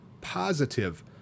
positive